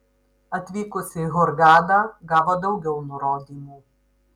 atvykus į hurgadą gavo daugiau nurodymų